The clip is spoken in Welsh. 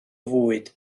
fwyd